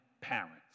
parents